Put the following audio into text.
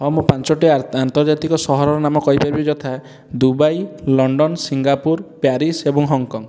ହଁ ମୁଁ ପାଞ୍ଚଟା ଆନ୍ତର୍ଜାତୀକ ସହରର ନାମ କହି ପାରିବି ଯଥା ଦୁବାଇ ଲଣ୍ଡନ ସିଙ୍ଗାପୁର ପ୍ୟାରିସ ଏବଂ ହଂକଂ